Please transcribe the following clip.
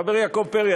חברי יעקב פרי,